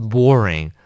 Boring